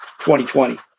2020